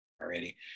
already